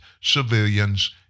civilians